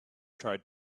tried